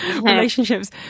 Relationships